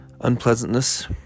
unpleasantness